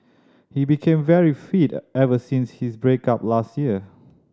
he became very fit ever since his break up last year